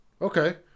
Okay